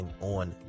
on